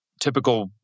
typical